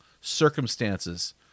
circumstances